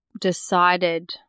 decided